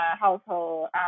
household